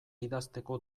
idazteko